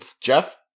Jeff